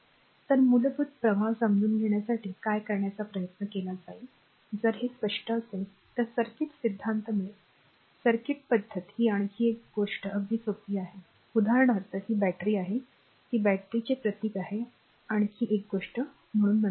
तर मूलभूत प्रवाह समजून घेण्यासाठी काय करण्याचा प्रयत्न केला जाईल जर हे स्पष्ट असेल तर सर्किट सिद्धांत मिळेल सर्किट पद्धत ही आणखी एक गोष्ट अगदी सोपी आहेउदाहरणार्थ ही बॅटरी आहे ती बॅटरीची प्रतीक आहेआणखी एक गोष्ट म्हणून नंतर येईल